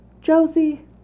Josie